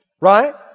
Right